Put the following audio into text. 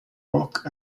rock